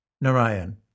Narayan